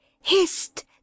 Hist